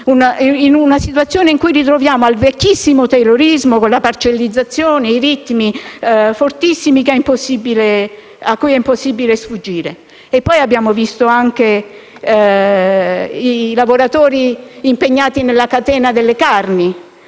è una situazione in cui ritorniamo al vecchissimo terrorismo, con la parcellizzazione e i ritmi fortissimi a cui è impossibile sfuggire. Abbiamo visto anche i lavoratori impegnati nella catena delle carni